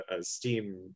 steam